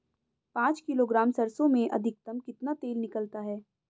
पाँच किलोग्राम सरसों में अधिकतम कितना तेल निकलता है?